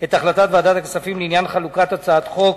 את החלטת ועדת הכספים בעניין חלוקת הצעת חוק